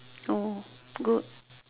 oh good